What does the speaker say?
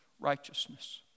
righteousness